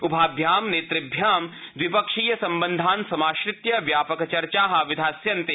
उभाभ्यामपि नेतृभ्यां द्विपक्षीय सम्बन्धान् समाश्रित्य व्यापकचर्चा विधास्यन्ते